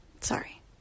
sorry